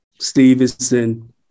Stevenson